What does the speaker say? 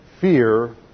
fear